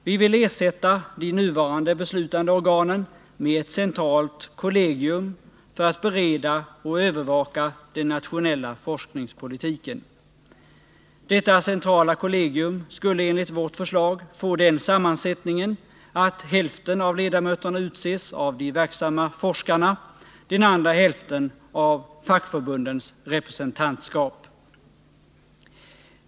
Vi vill ersätta de nuvarande beslutande organen med ett centralt kollegium för att bereda och övervaka den nationella forskningspolitiken. Detta centrala kollegium skulle enligt vårt förslag få den sammansättningen att hälften av ledamöterna utses av de verksamma forskarna, den andra hälften av fackförbundens representantskap.